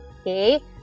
Okay